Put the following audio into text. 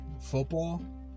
football